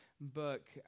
book